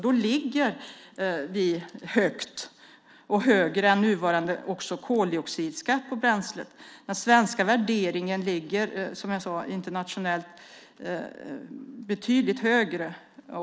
Då ligger vi högt och högre än nuvarande koldioxidskatt på bränsle. Den svenska värderingen ligger, som jag sade, internationellt betydligt högre.